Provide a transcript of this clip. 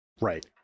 Right